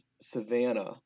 Savannah